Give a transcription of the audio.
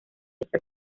fecha